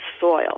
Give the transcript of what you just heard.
soil